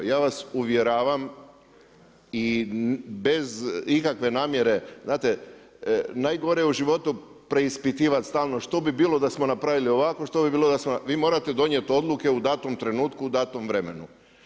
Ja vas uvjeravam i bez ikakve namjere, znate najgore je u životu preispitivat stalno što bi bilo da smo napravili ovako, što bi bilo da smo, vi morate donijeti odluke u datom trenutku u datom vremenu.